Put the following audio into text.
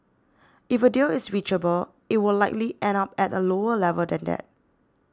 if a deal is reachable it would likely end up at a lower level than that